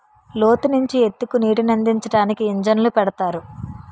లోతు నుంచి ఎత్తుకి నీటినందించడానికి ఇంజన్లు పెడతారు